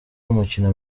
umukino